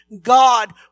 God